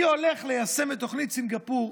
אני הולך ליישם את תוכנית סינגפור.